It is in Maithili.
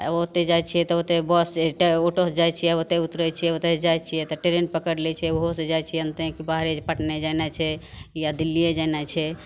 आओर ओतए जाइ छिए तऽ ओतए बस छै तऽ ऑटोसे जाइ छिए आओर ओतए उतरै छिए उतरि जाइ छिए तऽ ट्रेन पकड़ि लै छिए ओहोसे जाइ छिए ने तैँ कि बाहरे पटने जाना छै या दिल्लिए जेनाइ छै